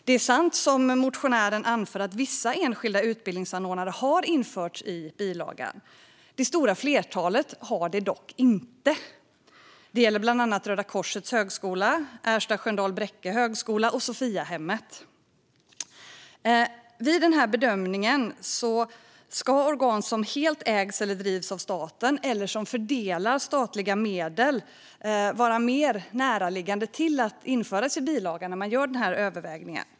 Det är sant som motionären anför att vissa enskilda utbildningsanordnare har införts i bilagan. Det stora flertalet har det dock inte. Det gäller bland annat Röda Korsets Högskola, Ersta Sköndal Bräcke Högskola och Sophiahemmet. Vid den här bedömningen ska organ som helt ägs eller drivs av staten eller som fördelar statliga medel vara mer näraliggande till att införas i bilagan.